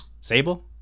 Sable